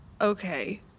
Okay